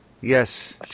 Yes